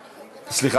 אדוני, אני ביקשתי.